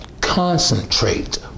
concentrate